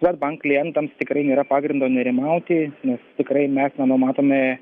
svedbank klientams tikrai nėra pagrindo nerimauti nes tikrai mes nenumatome